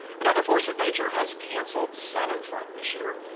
another force of nature has canceled sun n fun this year.